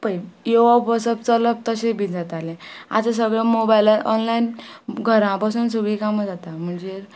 पय येवप बसप चलप तशे बी जाताले आतां सगळ्या मोबायला ऑनलायन घरा बसून सगळीं कामा जाता म्हणजे